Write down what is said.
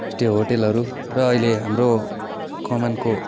त्यो होटेलहरू र अहिले हाम्रो कमानको